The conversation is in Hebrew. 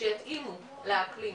שיתאימו לאקלים.